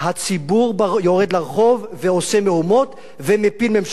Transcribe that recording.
הציבור יורד לרחוב, ועושה מהומות, ומפיל ממשלות.